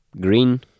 green